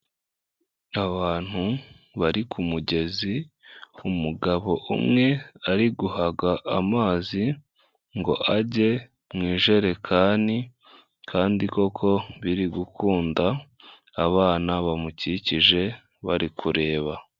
Abantu bari ku mugezi, umugabo umwe ari guhaga amazi ngo ajye mu ijerekani kandi koko biri gukunda, abana bamukikije bari kureba.